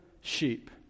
sheep